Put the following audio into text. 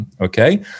okay